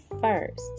first